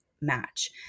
match